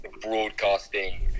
broadcasting